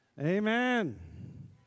Amen